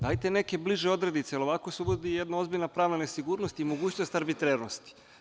Dajte neke bliže odredice, jer ovako se uvodi jedna ozbiljna prava nesigurnost i mogućnost arbitrarnosti.